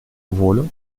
волю